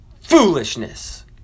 foolishness